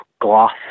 gloss